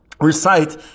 recite